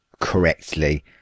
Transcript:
Correctly